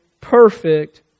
perfect